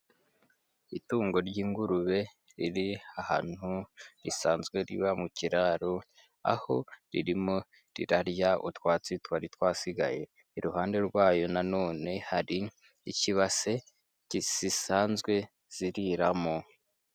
Itungo ry'ingurube riri ahantu risanzwe riba mu kiraro, aho ririmo rirarya utwatsi twari twasigaye, iruhande rwayo nanone hari ikibase gisanzwe ziriramo.